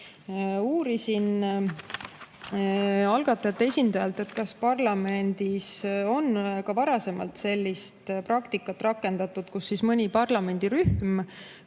Uurisin algatajate esindajalt, kas parlamendis on ka varasemalt sellist praktikat rakendatud, kus mõni parlamendirühm